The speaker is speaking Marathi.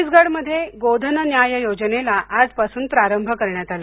छत्तीसगढ मध्ये गोधन न्याय योजनेला आजपासून प्रारंभ करण्यात आला